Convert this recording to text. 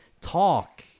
talk